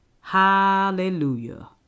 hallelujah